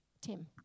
Tim